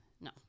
No